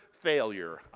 failure